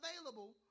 available